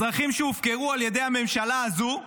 אזרחים שהופקרו על ידי הממשלה הזאת.